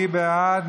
מי בעד?